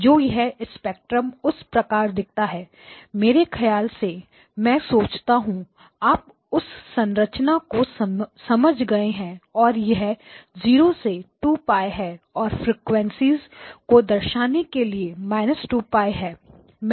तो यह स्पेक्ट्रम उस प्रकार दिखता है मेरे ख्याल से मैं सोचता हूं आप उस संरचना को समझ गए हैं यह0 और 2 π है और फ्रेक्वेंसीएस को दर्शाने के लिए 2 π हैं